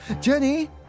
Jenny